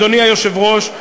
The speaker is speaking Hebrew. אדוני היושב-ראש,